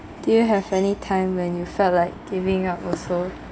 do you have any time when you felt like giving up also